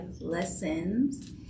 Lessons